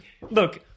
look